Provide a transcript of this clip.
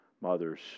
mothers